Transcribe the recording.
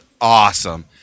awesome